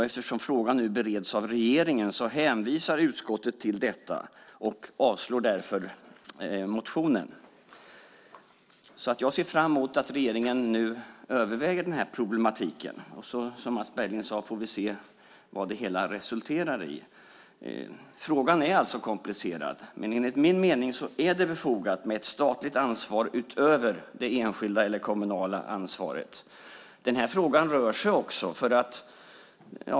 Eftersom frågan nu bereds av regeringen hänvisar utskottet till det och avstyrker därför motionen. Jag ser fram emot att regeringen ska överväga problemet. Som Mats Berglind sade får vi se vad det hela resulterar i. Frågan är komplicerad, men enligt min mening är det befogat med ett statligt ansvar utöver det enskilda eller kommunala ansvaret. Frågan rör sig också.